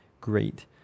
great